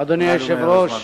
אדוני היושב-ראש,